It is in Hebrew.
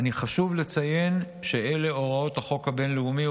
חשוב לי לציין שאלה הוראות החוק הבין-לאומי,